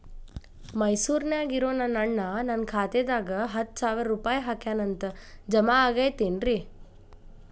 ಮೈಸೂರ್ ನ್ಯಾಗ್ ಇರೋ ನನ್ನ ಅಣ್ಣ ನನ್ನ ಖಾತೆದಾಗ್ ಹತ್ತು ಸಾವಿರ ರೂಪಾಯಿ ಹಾಕ್ಯಾನ್ ಅಂತ, ಜಮಾ ಆಗೈತೇನ್ರೇ?